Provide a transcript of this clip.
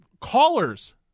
callers